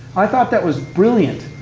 i thought that was brilliant,